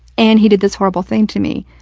and he did this horrible thing to me.